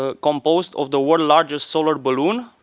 ah composed of the world's largest solar balloon.